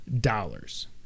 dollars